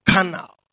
canal